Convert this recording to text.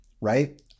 right